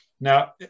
Now